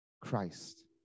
Christ